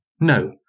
No